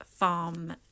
Farm